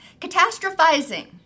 Catastrophizing